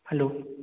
hello